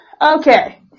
Okay